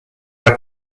are